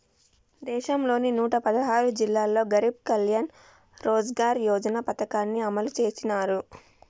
దేశంలోని నూట పదహారు జిల్లాల్లో గరీబ్ కళ్యాణ్ రోజ్గార్ యోజన పథకాన్ని అమలు చేసినారు